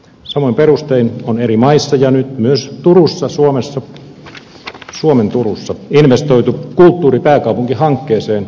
samoin perustein on eri maissa ja nyt myös suomen turus sa investoitu kulttuuripääkaupunkihankkeeseen